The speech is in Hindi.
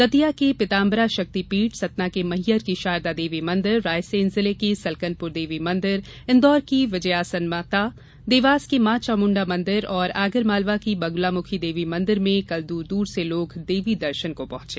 दतिया की पीतांबरा शक्तिपीठ सतना के मैहर की शारदा देवी मंदिर रायसेन जिले की सलकनपुर देवी मंदिर इंदौर की विजयासन माता देवास के मां चामुंडा मंदिर और आगर मालवा की बगुलामुखी देवी मंदिर में कल दूर दूर से लोग देवी दर्शन को पहुंचे